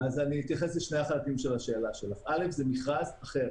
אתייחס לשני החלקים של שאלתך: ראשית, זה מכרז אחר,